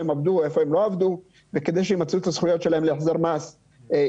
הם עבדו וכדי שימצו את הזכויות שלהם להחזר מס יצטרכו